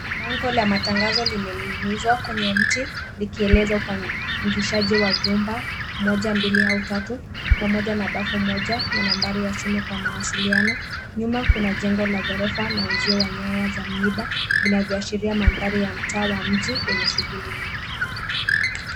Bango la matangazo limeninginizwa kwenye mti likieleza upangishaji wa vyumba moja mbili au tatu pamoja na bafu moja na nambari ya simu kwa mawasiliano nyuma kuna jengo la ghorofa na uzio wa nyaya za miba vinaashiria mandhari ya mtaa wa mji yenye shughuli nyingi.